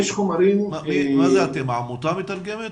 העמותה מתרגמת